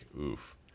oof